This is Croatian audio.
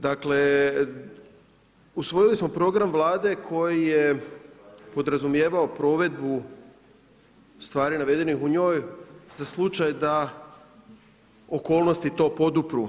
Dakle, usvojili smo program Vlade koji je podrazumijevao provedbu stvari navedenih u njih za slučaj da okolnosti to podupru.